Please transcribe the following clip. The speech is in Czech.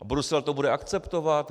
A Brusel to bude akceptovat?